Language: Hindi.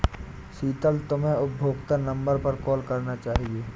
शीतल, तुम्हे उपभोक्ता नंबर पर कॉल करना चाहिए